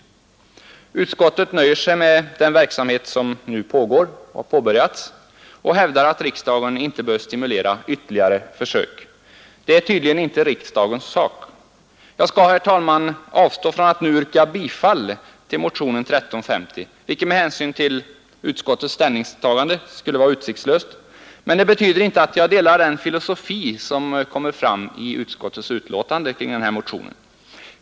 Utskottet anser att det är tillräckligt med den verksamhet som nu har påbörjats och hävdar att riksdagen inte bör stimulera ytterligare försök. Det är tydligen inte riksdagens sak! Jag skall, herr talman, avstå från att nu yrka bifall till motionen 1350, vilket med hänsyn till utskottets ställningstagande vore utsiktslöst, men det betyder inte att jag delar den filosofi som kommer till uttryck i utskottets betänkande beträffande motionen.